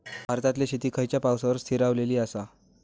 भारतातले शेती खयच्या पावसावर स्थिरावलेली आसा?